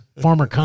former